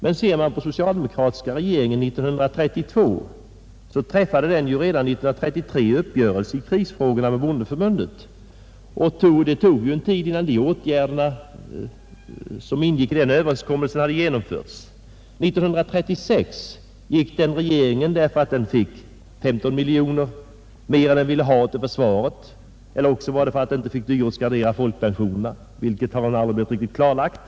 Men ser man på socialdemokratiska regeringen 1932 finner man att den ju redan 1933 träffade uppgörelse i prisfrågorna med bondeförbundet. Det tog ju en tid innan de åtgärder som ingick i denna överenskommelse hade genomförts. År 1936 avgick den regeringen därför att den fick 15 miljoner mer än den ville ha till försvaret, eller möjligen därför att den inte fick dyrortsgradera folkpensionerna — vilket har väl aldrig blivit riktigt klarlagt.